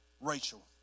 Rachel